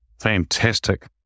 Fantastic